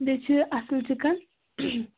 بیٚیہِ چھِ اَصٕل چِکن